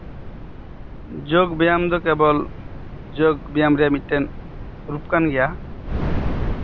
ᱡᱳᱜ ᱵᱮᱭᱟᱢ ᱫᱚ ᱠᱮᱵᱚᱞ ᱡᱳᱜ ᱵᱮᱭᱟᱢ ᱨᱮᱭᱟᱜ ᱢᱤᱫᱴᱮᱱ ᱨᱩᱯ ᱠᱟᱱ ᱜᱮᱭᱟ